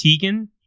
Tegan